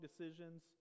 decisions